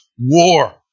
War